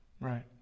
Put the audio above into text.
right